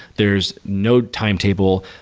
there's no timetable.